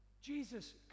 Jesus